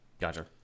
Gotcha